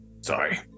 sorry